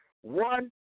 One